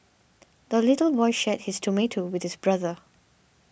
the little boy shared his tomato with his brother